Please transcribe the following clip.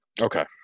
Okay